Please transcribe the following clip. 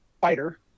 fighter